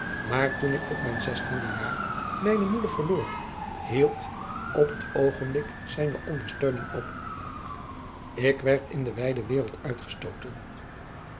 maar toen ik op mijn zestiende jaar mijne moeder verloor hield op het oogenblik zijne ondersteuning op k werd in de wijde wereld uitgestooten